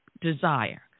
desire